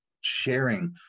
sharing